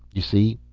you see,